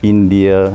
India